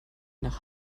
nach